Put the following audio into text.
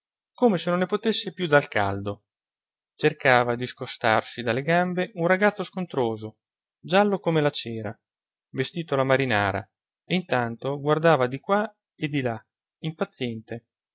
come se non ne potesse più dal caldo cercava di scostarsi dalle gambe un ragazzo scontroso giallo come la cera vestito alla marinara e intanto guardava di qua e di là impaziente